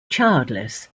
childless